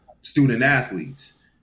student-athletes